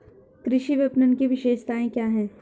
कृषि विपणन की विशेषताएं क्या हैं?